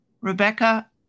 Rebecca